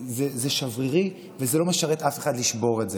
זה שברירי וזה לא משרת אף אחד לשבור את זה.